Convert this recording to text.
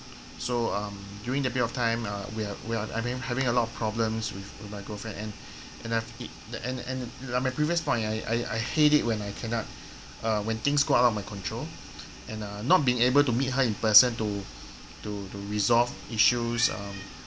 so um during that bit of time uh we are we are I mean having a lot of problems with my girlfriend and and and and like my previous point I I I hate it when I cannot uh when things go out of my control and uh not being able to meet her in person to to to resolve issues um